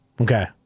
Okay